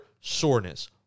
soreness